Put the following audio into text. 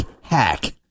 hack